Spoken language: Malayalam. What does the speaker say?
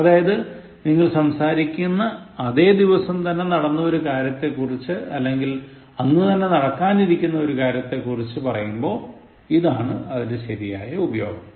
അതായത് നിങ്ങൾ സംസാരിക്കുന്ന അതേ ദിവസം നടന്ന ഒരു കാര്യത്തെ അല്ലെങ്ങിൽ അന്നു തന്നെ നടക്കാനിരിക്കുന്ന ഒരു കാര്യ ത്തെക്കുറിച്ച് പറയുമ്പോൾ ഇതാണ് അതിൻറെ ശരിയായ ഉപയോഗം